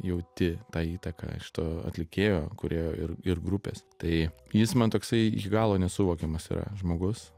jauti tą įtaką iš to atlikėjo kūrėjo ir ir grupės tai jis man toksai iki galo nesuvokiamas yra žmogus